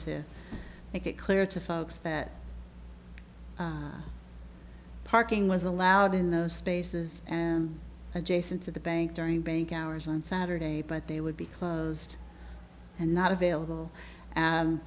to make it clear to folks that parking was allowed in those spaces adjacent to the bank during bank hours on saturday but they would be closed and not available